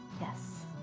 Yes